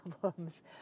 problems